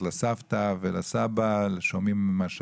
לסבא ולסבתא שלה ושומעת את הסיפור שלהם,